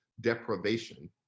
deprivation